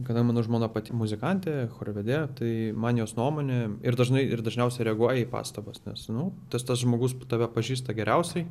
kada mano žmona pati muzikantė chorvedė tai man jos nuomonė ir dažnai ir dažniausiai reaguoji į pastabas nes nu tas tas žmogus tave pažįsta geriausiai